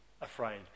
Afraid